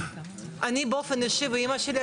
אני באופן אישי ואמא שלי,